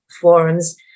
forums